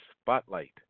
Spotlight